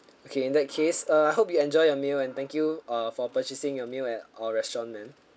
okay in that case uh I hope you enjoy your meal and thank you uh for purchasing your meal at our restaurant ma'am